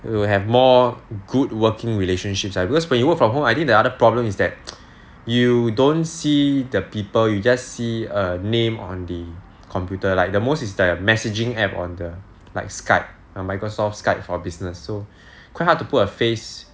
we will have more good working relationships ah because when you work from home I think the other problem is that you don't see the people you just see a name on the computer like the most is the messaging app on the like Skype and microsoft Skype for business so quite hard to put a face